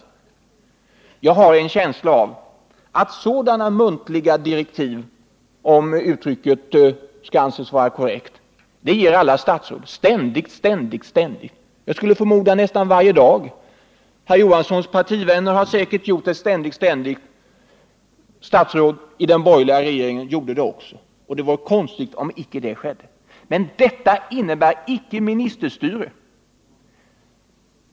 Jag har en känsla av att alla statsråd ständigt har givit sådana muntliga direktiv — om uttrycket skall anses vara korrekt. Jag förmodar att de gör det nästan varje dag. Herr Hilding Johanssons partivänner gjorde det säkert ständigt. Statsråd i den borgerliga regeringen gjorde det också — det vore konstigt om det icke skedde. Men detta innebär icke ministerstyre.